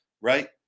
right